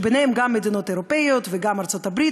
ובהן גם מדינות אירופיות וגם ארצות-הברית,